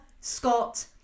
Scott